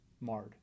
marred